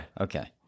Okay